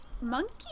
monkey